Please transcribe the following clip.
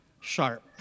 sharp